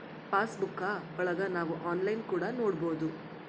pass ಬುಕ್ಕಾ ಒಳಗ ನಾವ್ ಆನ್ಲೈನ್ ಕೂಡ ನೊಡ್ಬೋದು